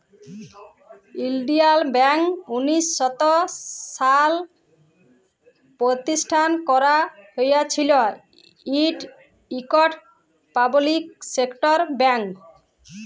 ইলডিয়াল ব্যাংক উনিশ শ সাত সালে পরতিষ্ঠাল ক্যারা হঁইয়েছিল, ইট ইকট পাবলিক সেক্টর ব্যাংক